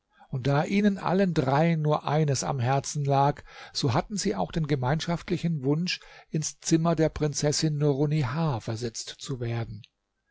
und da ihnen allen dreien nur eines am herzen lag so hatten sie auch den gemeinschaftlichen wunsch ins zimmer der prinzessin nurunnihar versetzt zu werden